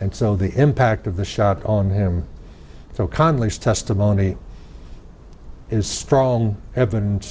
and so the impact of the shot on him so connally's testimony is strong evidence